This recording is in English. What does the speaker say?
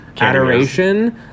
adoration